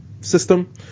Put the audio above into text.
system